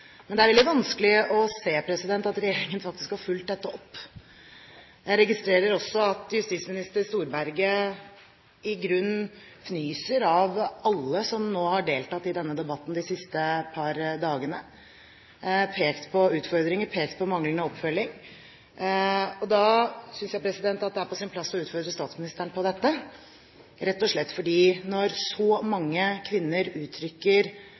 Men det er veldig vanskelig å se at regjeringen faktisk har fulgt dette opp. Jeg registrerer også at justisminister Storberget i grunnen fnyser av alle som nå har deltatt i denne debatten de siste par dagene og pekt på utfordringer, pekt på manglende oppfølging. Da synes jeg det er på sin plass å utfordre statsministeren på dette – rett og slett fordi når så mange kvinner uttrykker